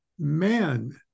Man